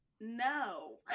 no